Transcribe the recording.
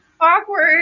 awkward